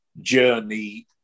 journey